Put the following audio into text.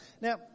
Now